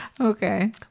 okay